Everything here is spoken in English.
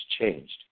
changed